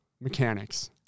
mechanics